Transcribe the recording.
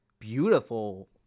beautiful